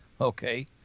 Okay